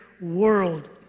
world